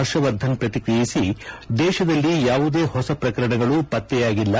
ಹರ್ಷವರ್ಧನ್ ಪ್ರಕ್ರಿಯಿಸಿ ದೇಶದಲ್ಲಿ ಯಾವುದೇ ಹೊಸ ಪ್ರಕರಣಗಳು ಪತ್ತೆಯಾಗಿಲ್ಲ